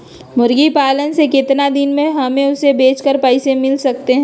मुर्गी पालने से कितने दिन में हमें उसे बेचकर पैसे मिल सकते हैं?